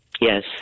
Yes